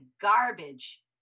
garbage